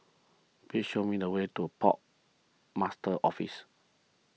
please show me the way to Port Master's Office